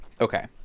okay